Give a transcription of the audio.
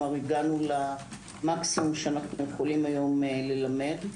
הגענו למקסימום שאנחנו יכולים היום ללמד.